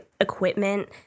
equipment